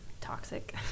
Toxic